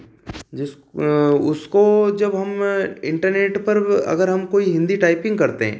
जिस उसको जब हम इंटरनेट पर अगर हम कोई हिंदी टाइपिंग करते हैं